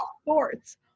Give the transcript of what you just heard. sports